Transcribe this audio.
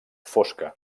fosca